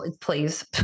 please